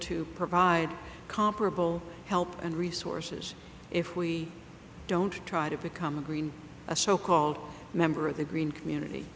to provide comparable help and resources if we don't try to become a green a so called member of the green community